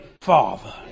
father